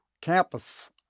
campus